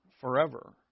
forever